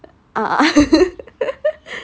ah